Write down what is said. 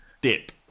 dip